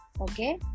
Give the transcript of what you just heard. okay